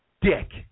dick